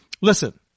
listen